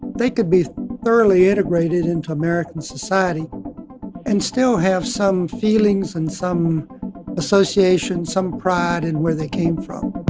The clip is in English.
they could be thoroughly integrated into american society and still have some feelings and some associations, some pride in where they came from